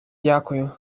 дякую